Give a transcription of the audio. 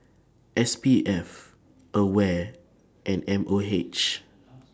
S P F AWARE and M O H